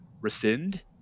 rescind